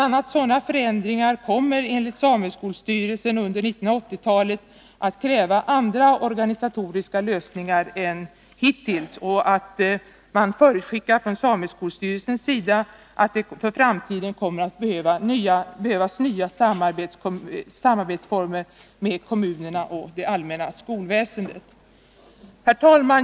a. sådana förändringar kommer enligt sameskolstyrelsen under 1980-talet att kräva andra organisatoriska lösningar än hittills. Det förutskickas från sameskolstyrelsens sida att det för framtiden kommer att behövas nya samarbetsformer mellan sameskolstyrelsen och kommunerna och det allmänna skolväsendet. Herr talman!